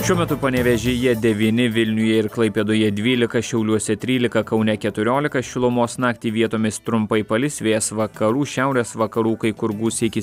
šiuo metu panevėžyje devyni vilniuje ir klaipėdoje dvylika šiauliuose trylika kaune keturiolika šilumos naktį vietomis trumpai palis vėjas vakarų šiaurės vakarų kai kur gūsiai iki